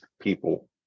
people